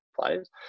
players